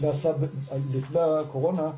שנעשה לפני הקורונה,